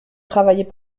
travailliez